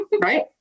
right